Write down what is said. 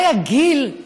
ואולי הגיל,